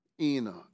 Enoch